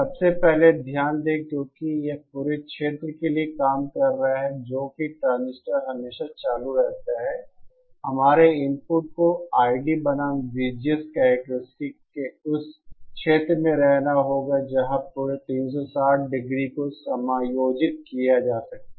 सबसे पहले ध्यान दें कि क्योंकि यह पूरे क्षेत्र के लिए काम कर रहा है जो कि ट्रांजिस्टर हमेशा चालू रहता है हमारे इनपुट को ID बनाम VGS कैरेक्टरस्टिक के उस क्षेत्र में रहना होगा जहां पूरे 360 डिग्री को समायोजित किया जा सकता है